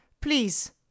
Please